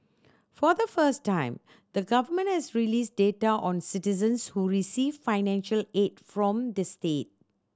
for the first time the Government has released data on citizens who receive financial aid from the state